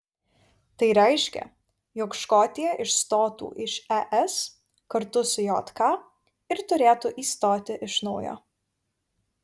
tai reiškia jog škotija išstotų iš es kartu su jk ir turėtų įstoti iš naujo